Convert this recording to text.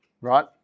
right